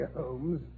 Holmes